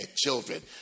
children